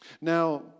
Now